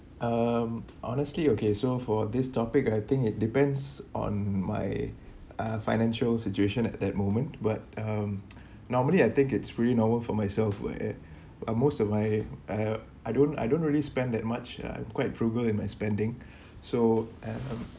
um honestly okay so for this topic I think it depends on my uh financial situation at that moment but um normally I think it's really normal for myself will add uh most of my uh I don't I don't really spend that much uh quite frugal in expanding so and